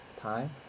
time